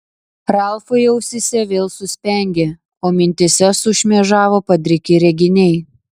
ralfui ausyse vėl suspengė o mintyse sušmėžavo padriki reginiai